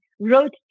wrote